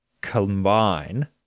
combine